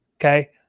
Okay